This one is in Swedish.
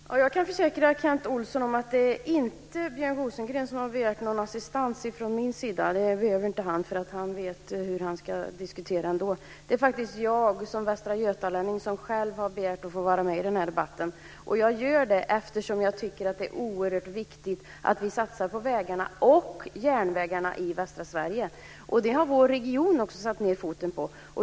Fru talman! Jag kan försäkra Kent Olsson att det inte är Björn Rosengren som har begärt någon assistans från min sida. Det behöver han inte. Han vet hur han ska diskutera. Det är faktiskt jag som västra götalänning som själv har begärt att få vara med i debatten. Jag gör det eftersom jag tycker att det är oerhört viktigt att vi satsar på vägarna och järnvägarna i västra Sverige. Där har även vi i regionen satt ned foten.